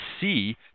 see